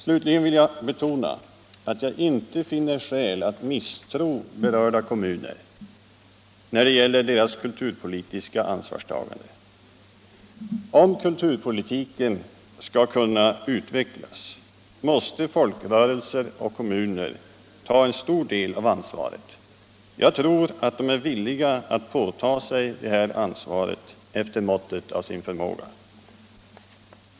Slutligen vill jag betona att jag inte finner skäl till att misstro berörda kommuner när det gäller deras kulturpolitiska ansvarstagande. Om kulturpolitiken skall kunna utvecklas, måste folkrörelser och kommuner ta en stor del av ansvaret. Jag tror att de är villiga att påta sig det ansvaret efter måttet av sin förmåga.